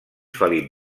felip